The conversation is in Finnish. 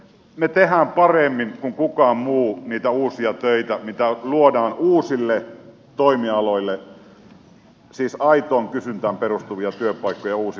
me teemme paremmin kuin kukaan muu niitä uusia töitä mitä luodaan uusille toimialoille siis aitoon kysyntään perustuvia työpaikkoja uusille toimialoille